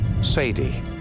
Sadie